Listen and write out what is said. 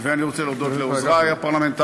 ואני רוצה להודות לעוזרי הפרלמנטריים,